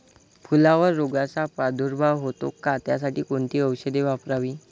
फुलावर रोगचा प्रादुर्भाव होतो का? त्यासाठी कोणती औषधे वापरावी?